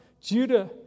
Judah